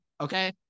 okay